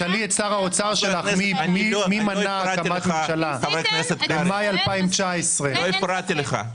תשאלי את שר האוצר שלך מי מנע הקמת ממשלה במאי 2019. אני לא הפרעתי לך,